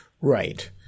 Right